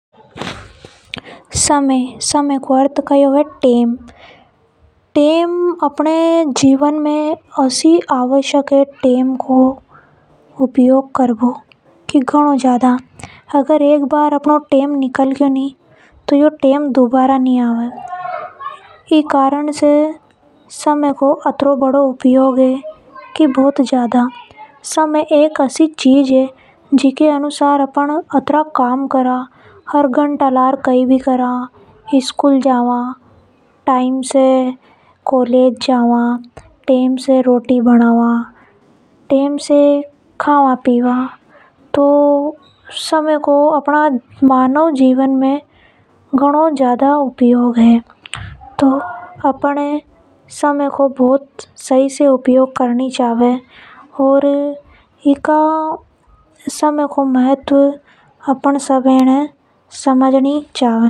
समय को अर्थ कई होवे टैम। अपना जीवन में टैम घनों आवश्यक है। अगर एक बार अपनो टेम निकल जावे तो यो दुबारा कभी नि आवे। समय को गणों ज्यादा उपयोग है। अपन कई भी काम करा नि झ टेम देखकर ही करा। स्कूल भी समय से ही जावा और आवा। टाइम से कॉलेज जावा। टेम से ही रोटी बनावा टैम से ही खावा पी वआ तो अपन सब ये समय को उपयोग करना चाहिए। मानव जीवन में इको घनों ज़्यादा उपयोग है।